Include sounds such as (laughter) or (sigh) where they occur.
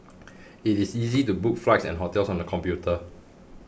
(noise) it is easy to book flights and hotels on the computer